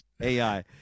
AI